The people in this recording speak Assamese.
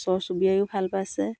ওচৰ চুবুৰীয়াইও ভাল পাইছে